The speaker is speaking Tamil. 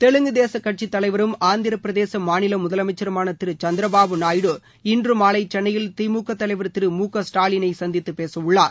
தெலுங்கு தேச கட்சித்தலைவரும் ஆந்திரப்பிரதேச மாநில முதலமைச்சருமான திரு சந்திரபாபு நாயுடு இன்று மாலை சென்னையில் திமுக தலைவர் திரு முகஸ்டாலினை சந்தித்து பேசவுள்ளார்